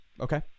Okay